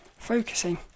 focusing